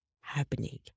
happening